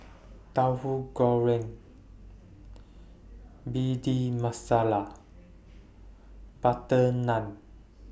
Tahu Goreng Bhindi Masala Butter Naan